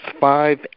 five